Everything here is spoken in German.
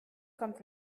kommt